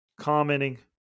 commenting